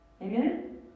Amen